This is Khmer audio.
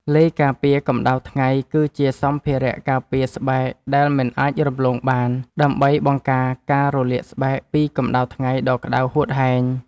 ឡេការពារកម្ដៅថ្ងៃគឺជាសម្ភារៈការពារស្បែកដែលមិនអាចរំលងបាន ដើម្បីបង្ការការរលាកស្បែកពីកម្ដៅថ្ងៃដ៏ក្ដៅហួតហែង។